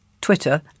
Twitter